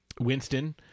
Winston